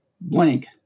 blank